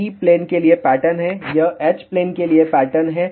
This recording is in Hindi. तो यह E प्लेन के लिए पैटर्न है यह H प्लेन के लिए पैटर्न है